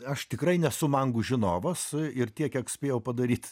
aš tikrai nesu mangų žinovas ir tiek kiek spėjau padaryt